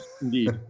indeed